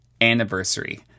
anniversary